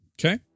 Okay